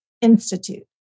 Institute